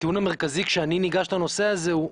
הטיעון המרכזי כשאני ניגש לנושא הזה הוא,